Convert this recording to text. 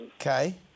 Okay